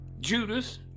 Judas